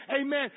amen